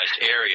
area